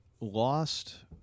Lost